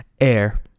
Air